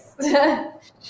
yes